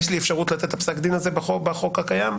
יש לי אפשרות לתת את פסק הדין הזה לפי החוק הקיים?